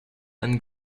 and